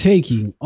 Taking